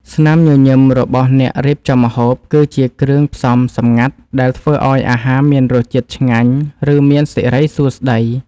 ស្នាមញញឹមរបស់អ្នករៀបចំម្ហូប គឺជាគ្រឿងផ្សំសម្ងាត់ដែលធ្វើឱ្យអាហារមានរសជាតិឆ្ងាញ់ ឬមានសិរីសួស្តី។